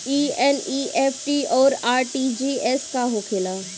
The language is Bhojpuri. ई एन.ई.एफ.टी और आर.टी.जी.एस का होखे ला?